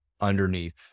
underneath